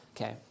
Okay